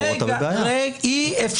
כי האמת הם עושים עבודה מצוינת בנושא הדגל,